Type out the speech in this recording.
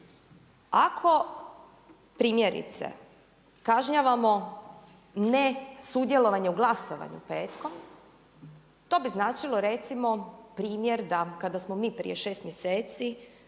Ako primjerice kažnjavamo ne sudjelovanje u glasovanju petkom to bi značilo recimo primjer da kada smo mi prije 6 mjeseci